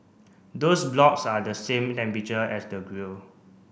those blocks are the same temperature as the grill